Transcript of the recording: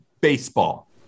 baseball